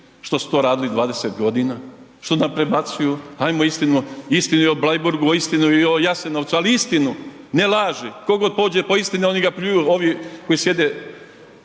što su to radili 20 godina, što nam prebacuju, hajmo istini o Bleiburgu, istinu o Jasenovcu, ali istinu, ne laži. Tko god pođe po istini, oni ga pljuju, ovi koji sjede